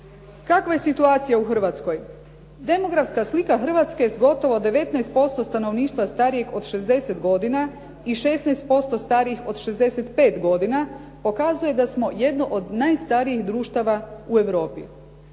Kakva je situacija u Hrvatskoj? Demografska slika Hrvatske s gotovo 19% stanovništva starijeg od 60 godina i 16% starijih od 65 godina pokazuje da smo jedno od najstarijih društava u Europi.